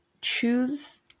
choose